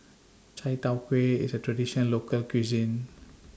Chai Tow Kway IS A Traditional Local Cuisine